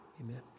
Amen